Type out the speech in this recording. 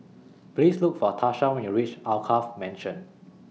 Please Look For Tarsha when YOU REACH Alkaff Mansion